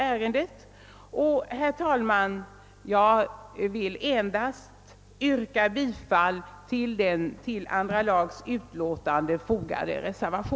Jag ber att få yrka bifall till den reservation som fogats till andra lagutskottets utlåtande nr 50